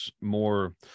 more